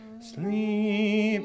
sleep